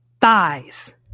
thighs